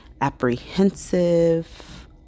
apprehensive